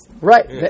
Right